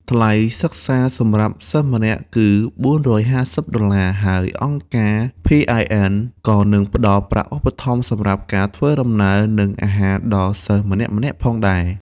ថ្លៃសិក្សាសម្រាប់សិស្សម្នាក់គឺ ៤៥០ ដុល្លារ ហើយអង្គការ PIN ក៏នឹងផ្តល់ប្រាក់ឧបត្ថម្ភសម្រាប់ការធ្វើដំណើរនិងអាហារដល់សិស្សម្នាក់ៗផងដែរ”។